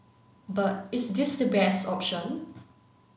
but is this the best option